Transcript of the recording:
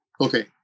okay